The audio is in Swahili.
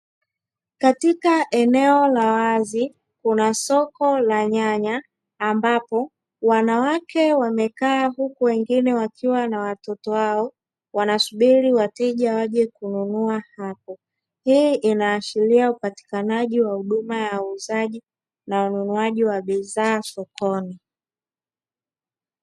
Katika eneo la wazi kuna soko la nyanya ambapo wanawake wamekaa huku wengine wakiwa na watoto wao wanasubiri wateja waje kununua hapo. Hii inaashiria upatikanaji wa huduma wa uuzaji na ununuaji wa bidhaa sokoni.